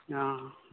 हँ